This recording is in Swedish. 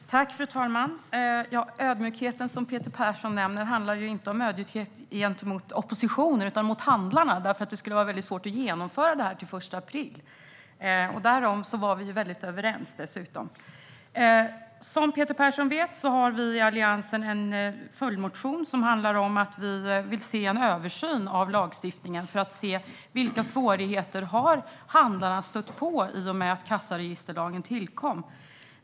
Fru talman! När det gäller den ödmjukhet Peter Persson nämner handlar det inte om ödmjukhet gentemot oppositionen utan mot handlarna. Det hade nämligen varit väldigt svårt att genomföra detta till den 1 april. Därom var vi dessutom överens. Som Peter Persson vet har vi i Alliansen en följdmotion, som handlar om att vi vill se en översyn av lagstiftningen för att få se vilka svårigheter handlarna har stött på i och med att kassaregisterlagen tillkom.